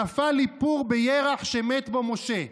נפל לי פור בירח שמת בו משה,